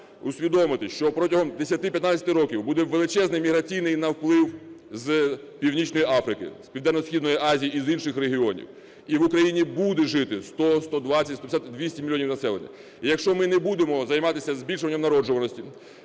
усвідомити, що протягом 10-15 років буде величезний міграційний наплив з Північної Африки, з Південно-Східної Азії і з інших регіонів, і в Україні буде жити 100-120, 150 і 200 мільйонів населення. І якщо ми не будемо займатися збільшуванням народжуваності,